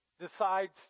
decides